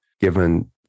given